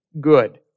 Good